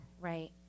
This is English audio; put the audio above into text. Right